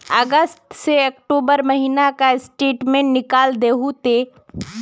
अगस्त से अक्टूबर महीना का स्टेटमेंट निकाल दहु ते?